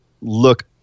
look